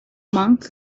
monk